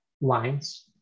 lines